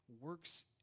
works